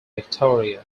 victoria